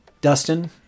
Dustin